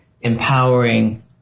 empowering